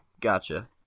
gotcha